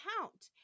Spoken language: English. count